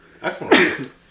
Excellent